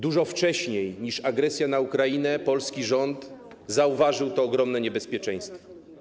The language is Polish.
Dużo wcześniej niż agresja na Ukrainę polski rząd zauważył to ogromne niebezpieczeństwo.